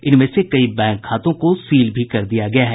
इनमें से कई बैंक खातों को सील भी कर दिया गया है